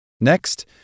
Next